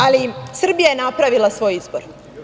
Ali, Srbija je napravila svoj izbor.